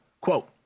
Quote